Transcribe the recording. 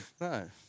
No